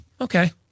Okay